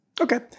Okay